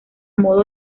modo